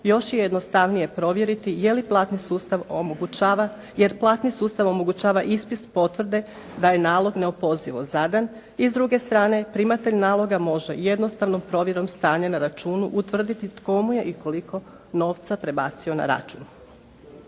još je jednostavnije provjeriti je li platni sustav omogućava, jer platni sustav omogućava ispis potvrde da je nalog neopozivo zadan i s druge strane primatelj naloga može jednostavnom provjerom stanja na računu utvrditi tko mu je i koliko novca prebacio na račun.